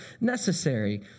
necessary